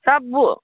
सब बू